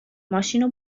ماشینو